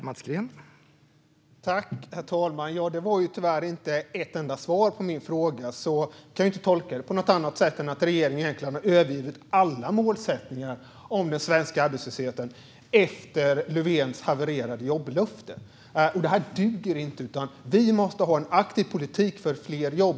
Herr talman! Det var tyvärr inget svar på min fråga, så jag kan inte tolka det på något annat sätt än att regeringen har övergivit alla målsättningar om den svenska arbetslösheten efter Löfvens havererade jobblöfte. Detta duger inte! Vi måste ha en aktiv politik för fler jobb.